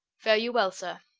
fare you well, sir.